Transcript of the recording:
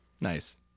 Nice